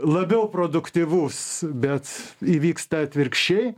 labiau produktyvus bet įvyksta atvirkščiai